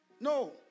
no